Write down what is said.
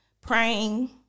praying